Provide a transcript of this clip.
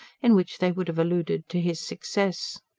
in which they would have alluded to his success.